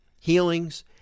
healings